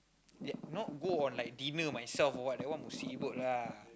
that not go on like dinner myself or what that one musibat lah